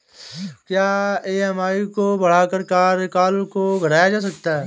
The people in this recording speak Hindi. क्या ई.एम.आई को बढ़ाकर कार्यकाल को घटाया जा सकता है?